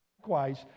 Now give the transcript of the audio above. likewise